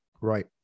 Right